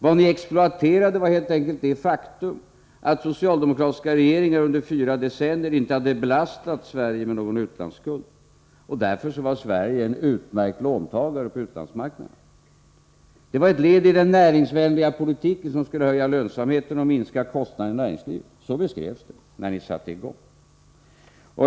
Vad ni exploaterade var helt enkelt det faktum att socialdemokratiska regeringar under fyra decennier inte hade belastat Sverige med någon utlandsskuld. Därför var Sverige en utmärkt låntagare på utlandsmarknaderna. Det var ett led i den näringsvänliga politik som skulle höja lönsamheten och minska kostnaderna för näringslivet. Så beskrevs upplåningen när ni satte i gång.